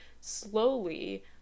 Slowly